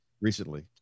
recently